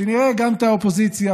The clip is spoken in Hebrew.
שנראה גם את האופוזיציה,